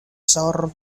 share